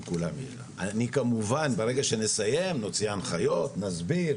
כמובן, ברגע שנסיים, נוציא הנחיות, נסביר,